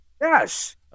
yes